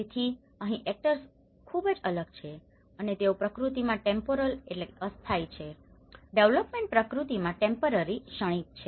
તેથી અહીં એક્ટર્સ ખૂબ જ અલગ છે અને તેઓ પ્રકૃતિમાં ટેમ્પોરલtemporalઅસ્થાયી છે ડેવેલપમેન્ટ પ્રકૃતિમાં ટેમ્પરરીtemporary ક્ષણિક છે